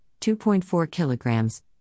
2.4-kilograms